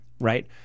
Right